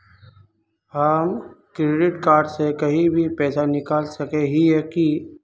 हम credit card से कहीं भी पैसा निकल सके हिये की?